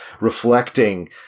reflecting